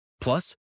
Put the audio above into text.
Plus